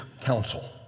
council